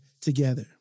together